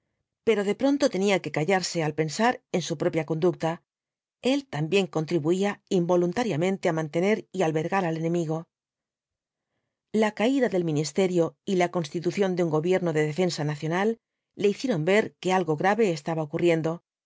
pero de pronto tenía que callarse al pensar en su propia conducta el también contribuía involuntariamente á mantener y albergar al enemigo la caída del ministerio y la constitución de un gobierno de defensa nacional le hicieron ver que algo gi ave estaba ocurriendo